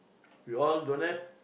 we all don't have